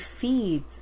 feeds